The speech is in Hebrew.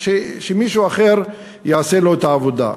שמישהו אחר יעשה לו את העבודה.